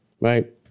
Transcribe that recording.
Right